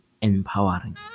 empowering